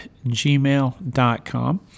gmail.com